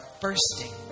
bursting